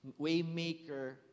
Waymaker